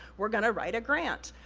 we're gonna write a grant.